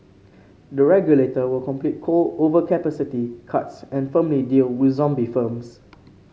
the regulator will complete coal overcapacity cuts and firmly deal with zombie firms